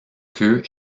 queue